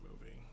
movie